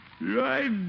Right